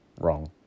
wrong